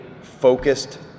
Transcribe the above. focused